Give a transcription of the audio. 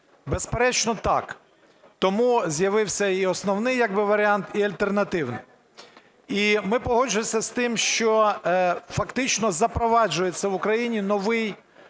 Безперечно, так. Тому з'явився і основний як би варіант, і альтернативний. І ми погоджуємося з тим, що фактично запроваджується в Україні новий правовий